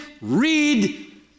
Read